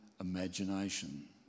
imagination